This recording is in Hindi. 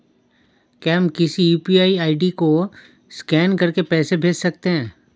क्या हम किसी यू.पी.आई आई.डी को स्कैन करके पैसे भेज सकते हैं?